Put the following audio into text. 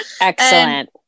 Excellent